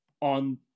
on